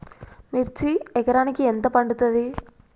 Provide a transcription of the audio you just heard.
మిర్చి ఎకరానికి ఎంత పండుతది?